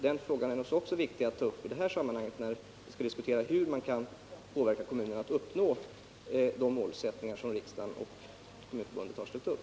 Den frågan är också viktig att ta upp när man diskuterar hur man kan påverka kommunerna att uppnå de målsättningar som riksdagen och Kommunförbundet har ställt upp.